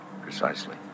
Precisely